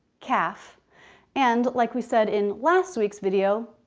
calf and like we said in last week's video,